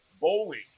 bowling